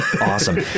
awesome